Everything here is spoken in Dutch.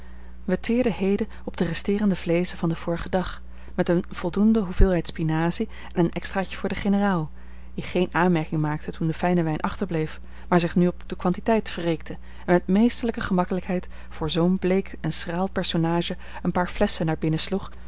teerden heden op de resteerende vleezen van den vorigen dag met eene voldoende hoeveelheid spinazie en een extraatje voor den generaal die geen aanmerking maakte toen de fijne wijn achterbleef maar zich nu op de kwantiteit wreekte en met meesterlijke gemakkelijkheid voor zoo'n bleek en schraal personage een paar flesschen naar binnen sloeg